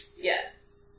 Yes